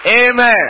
Amen